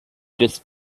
just